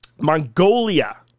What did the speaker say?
Mongolia